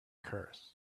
curse